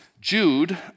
Jude